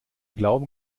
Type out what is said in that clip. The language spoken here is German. glauben